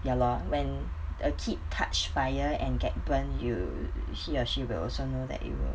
ya lor when a kid touched fire and get burn you he or she will also know that it will